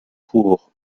pour